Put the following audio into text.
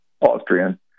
Austrian